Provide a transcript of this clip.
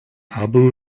abu